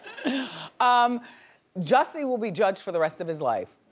um jussie will be judged for the rest of his life.